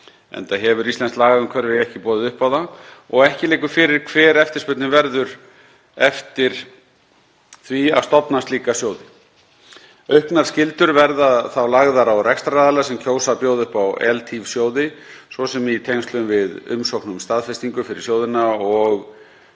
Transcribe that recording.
enda hefur íslenskt lagaumhverfi ekki boðið upp á það, og ekki liggur fyrir hver eftirspurnin verður eftir því að stofna slíka sjóði. Auknar skyldur verða lagðar á þá rekstraraðila sem kjósa að bjóða upp á ELTIF-sjóði, svo sem í tengslum við umsókn um staðfestingu fyrir sjóðina og